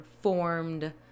formed